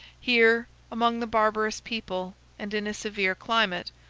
here, among the barbarous people and in a severe climate,